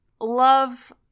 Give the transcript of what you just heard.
love